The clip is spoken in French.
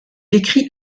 écrit